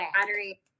battery